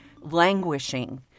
languishing